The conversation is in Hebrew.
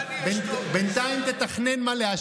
בינתיים אני אשתוק.